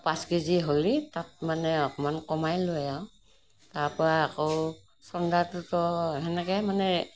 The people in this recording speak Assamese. পাঁচ কেজি হ'লে তাত মানে অকণমান কমাই লয় আৰু তাৰপৰা আকৌ চন্দাটোতো তেনেকৈ মানে